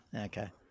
Okay